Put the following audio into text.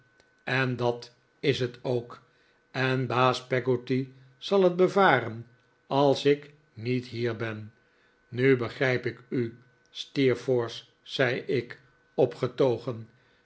en dat is het ook en baas peggotty zal het bevaren als ik niet hier ben nu begrijp ik u steerforth zei ik